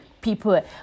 People